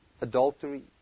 adultery